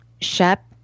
Shep